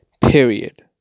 Period